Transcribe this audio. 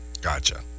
Gotcha